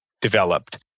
developed